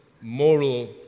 moral